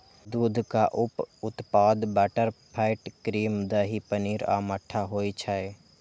दूधक उप उत्पाद बटरफैट, क्रीम, दही, पनीर आ मट्ठा होइ छै